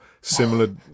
similar